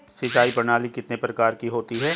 सिंचाई प्रणाली कितने प्रकार की होती हैं?